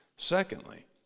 Secondly